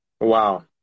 Wow